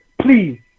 please